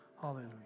Hallelujah